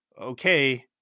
okay